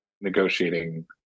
negotiating